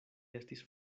estis